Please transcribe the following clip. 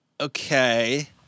Okay